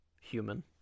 human